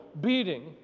beating